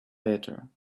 letter